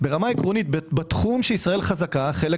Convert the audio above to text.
ברמה עקרונית בתחום שישראל חזקה חלק